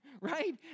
right